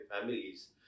families